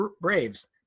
Braves